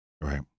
right